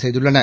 செய்துள்ளன